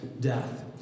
death